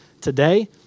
Today